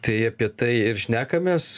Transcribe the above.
tai apie tai ir šnekamės